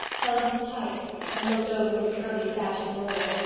held him tight and looked over his curly thatch at marilla.